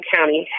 County